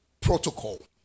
protocol